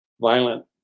violent